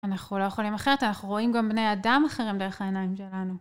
אנחנו לא יכולים אחרת, אנחנו רואים גם בני אדם אחרים דרך העיניים שלנו.